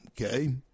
Okay